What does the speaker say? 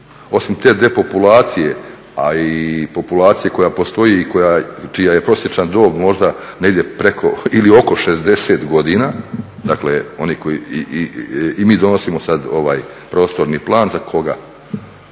Osim te depopulacije, a i populacije koja postoji i čija je prosječna dob možda negdje preko ili oko 60 godina. Dakle, oni koji i mi donosimo sad ovaj prostorni plan za koga?